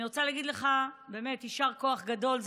אני רוצה להגיד לך באמת יישר כוח גדול.